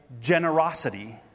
generosity